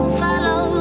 follow